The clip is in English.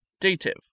Dative